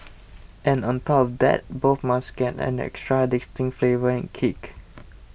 and on top of that both must get an extra distinct flavour and kick